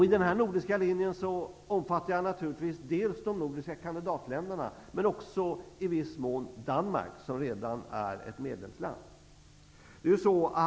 I denna nordiska linje innefattar jag naturligtvis dels de nordiska kandidatländerna, dels i viss mån också Danmark, som redan är ett medlemsland.